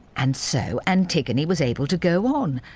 and so antigone was able to go on,